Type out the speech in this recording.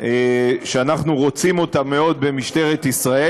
שאנחנו רוצים אותם מאוד במשטרת ישראל.